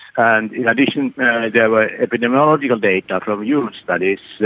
and in addition there were epidemiological data from huge studies yeah